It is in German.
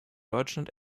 deutschland